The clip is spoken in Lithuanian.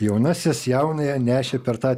jaunasis jaunąją nešė per tą